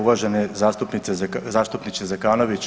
Uvaženi zastupniče Zekanović.